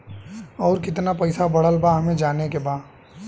और कितना पैसा बढ़ल बा हमे जाने के बा?